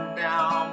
down